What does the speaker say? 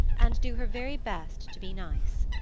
and do her very best to be nice.